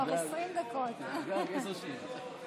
גג עשר שניות.